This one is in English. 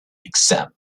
except